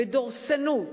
בדורסנות,